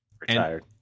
Retired